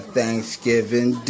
Thanksgiving